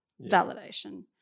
validation